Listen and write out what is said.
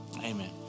Amen